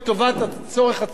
האינטרס הציבורי,